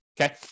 Okay